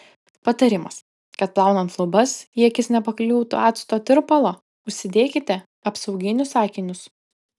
patarimas kad plaunant lubas į akis nepakliūtų acto tirpalo užsidėkite apsauginius akinius